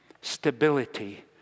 stability